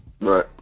Right